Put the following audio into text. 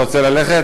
אתה רוצה ללכת?